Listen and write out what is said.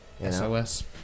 SOS